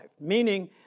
meaning